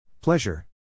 Pleasure